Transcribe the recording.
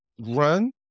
run